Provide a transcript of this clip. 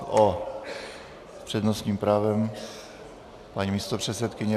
S přednostním právem paní místopředsedkyně.